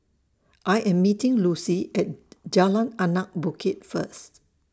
I Am meeting Lucie At Jalan Anak Bukit First